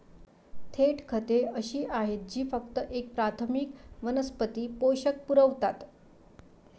थेट खते अशी आहेत जी फक्त एक प्राथमिक वनस्पती पोषक पुरवतात